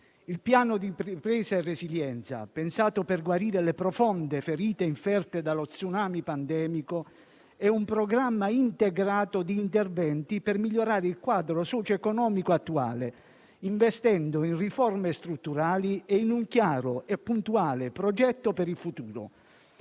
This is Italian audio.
il Piano di ripresa e resilienza, pensato per guarire le profonde ferite inferte dallo tsunami pandemico, è un programma integrato di interventi per migliorare il quadro socio-economico attuale, investendo in riforme strutturali e in un chiaro e puntuale progetto per il futuro.